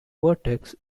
vertex